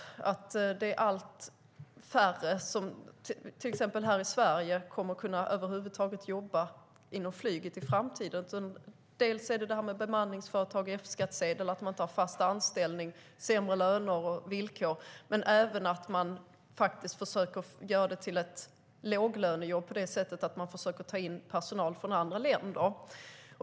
I Sverige kommer allt färre att över huvud taget kunna jobba inom flyget i framtiden. Vi har bemanningsföretagen, folk med F-skattsedel, som alltså inte har fast anställning, och lönerna och villkoren är sämre. Dessutom försöker man göra jobben inom flyget till låglönejobb genom att ta in personal från andra länder.